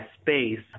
space